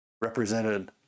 represented